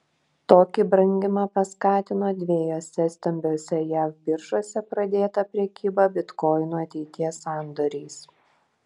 tokį brangimą paskatino dviejose stambiose jav biržose pradėta prekyba bitkoinų ateities sandoriais